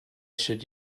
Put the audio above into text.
should